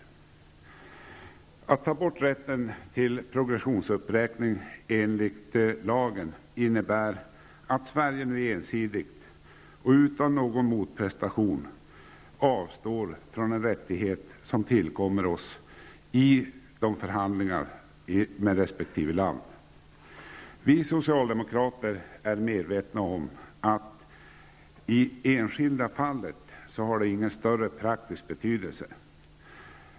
Om man tar bort rätten till progressionsuppräkning enligt lagen, skulle det innebära att Sverige ensidigt och utan någon motprestation avstår från en rättighet som tillkommer oss i förhandlingarna med resp. land. Vi socialdemokrater är medvetna om att det i det enskilda fallet inte har någon större praktisk betydelse.